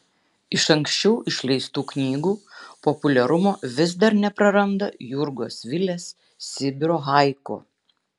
iš anksčiau išleistų knygų populiarumo vis dar nepraranda jurgos vilės sibiro haiku